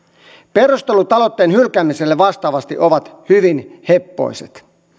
perustelut aloitteen hylkäämiselle vastaavasti ovat hyvin heppoiset